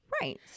right